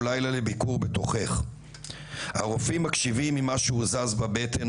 לילה לביקור בתוכך / הרופאים מקשיבים אם משהו זז בבטן,